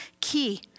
key